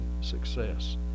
success